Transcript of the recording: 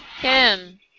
Kim